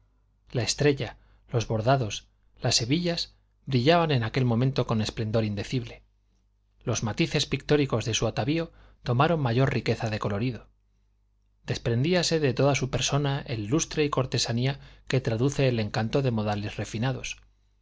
la estrella los bordados las hebillas brillaban en aquel momento con esplendor indecible los matices pictóricos de su atavío tomaron mayor riqueza de colorido desprendíase de toda su persona el lustre y cortesanía que traduce el encanto de modales refinados